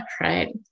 right